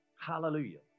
Hallelujah